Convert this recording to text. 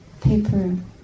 Paper